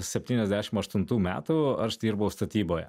septyniasdešim aštuntų metų aš dirbau statyboje